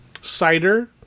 cider